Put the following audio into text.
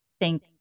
thank